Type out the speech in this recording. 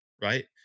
right